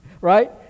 Right